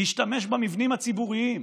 להשתמש במבנים הציבוריים,